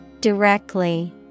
Directly